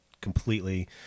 completely